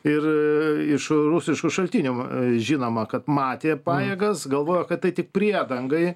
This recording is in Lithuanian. ir iš rusiškų šaltinių žinoma kad matė pajėgas galvojo kad tai tik priedangai